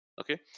okay